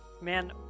Man